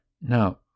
now